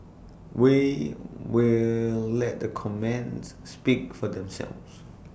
we will let the comments speak for themselves